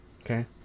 Okay